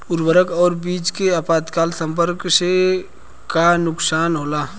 उर्वरक और बीज के तत्काल संपर्क से का नुकसान होला?